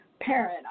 parent